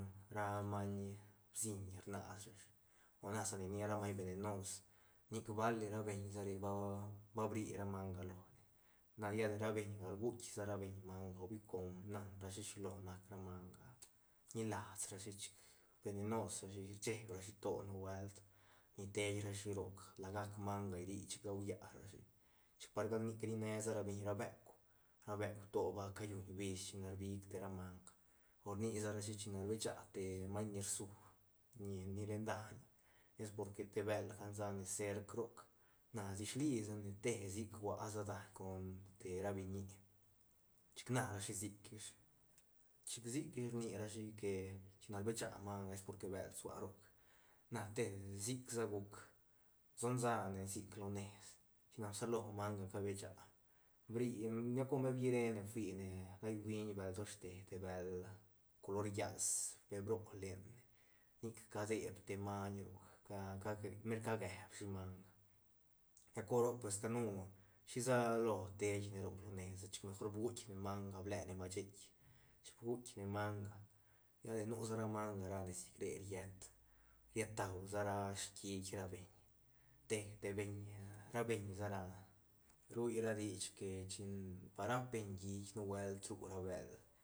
ra maiñ bsiñ rnasrashi o na sa ni nia ra maiñ vevenos nic bali ra beñ sa ba- ba bri sa manga lone lla de ra beiñga rguith sa ra beñ manga com nan rashi shilo nac ra manga ñilas rashi chic vevenosrashi cheeb rashi to nubuelt ni teirashi roc la gac manga rri chic gualla rashi chic par gal nic ri ne sa rabeñ ra beuk ra beuk to ba cayuñ bis china rbig te ra manga o rnirashi china rbecha te maiñ ni rsu ni len daiñ es porque te bël cansa nes cerc roc na dishli sa ne te sic hua a sa daiñ con te ra biñi chic na shi sic ish chic sic ish rni rashi que china rbecha manga es porque bël sua roc na te sic sa guc son sa ne sic lones china bsalo manga cabecha bri lla cor mer byirene fuine lai huiñ bël doshte te bël color llas bro lene nic cabeeb te maiñ roc ca- cage- mer cageebshi manga lla cor roc pues canu shisa lo teiñne roc lones chic mejor guitk ne manga blene masheit chic guitk manga lla de nu sa ra manga ra nesi cre riet riet tau sa ra hiit ra beñ te te beñ ra beñ sa ra ruura dich que chin va raap beñ hiit nubuelt ru ra bël